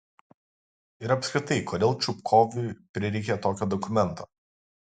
ir apskritai kodėl čupkovui prireikė tokio dokumento